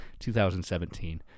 2017